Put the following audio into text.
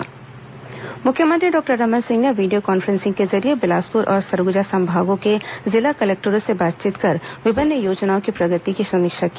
मुख्यमंत्री video conferencing मुख्यमंत्री doctor Raman Singh ने वीडियो कॉन्फ्रेंसिंग के जरिए बिलासपुर और सरगुजा संभागों के जिला कलेक्टरों से बातचीत कर विभिन्न योजनाओं की प्रगति की समीक्षा की